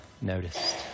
noticed